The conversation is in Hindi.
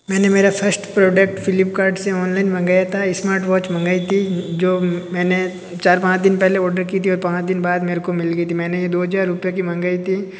मैंने मेरा फर्स्ट प्रोडक्ट फ़्लिपकर्ट से ऑनलाइन मंगाया था स्मार्ट वाच मंगाई थी जो मैंने चार पाँन दिन पहले ओडर की थी और पाँच दिन बाद मेरे को मिल गई थी मैंने ये दो हज़ार रुपये की मंगाई थी